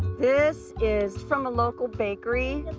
this is from a local bakery.